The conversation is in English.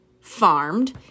farmed